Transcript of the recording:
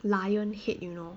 lion head you know